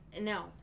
No